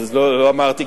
לא אמרתי.